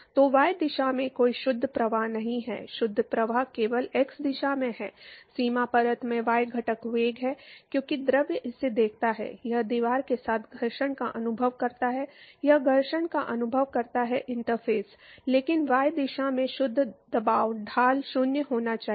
तो y दिशा में कोई शुद्ध प्रवाह नहीं है शुद्ध प्रवाह केवल x दिशा में है सीमा परत में y घटक वेग है क्योंकि द्रव इसे देखता है यह दीवार के साथ घर्षण का अनुभव करता है यह घर्षण का अनुभव करता है इंटरफ़ेस लेकिन y दिशा में शुद्ध दबाव ढाल 0 होना चाहिए